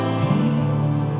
peace